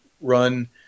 run